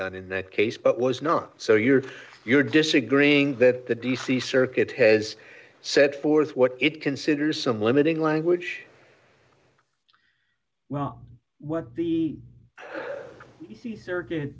done in that case but was not so you're you're disagreeing that the d c circuit has set forth what it considers some limiting language well what the the circuit